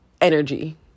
energy